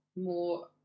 more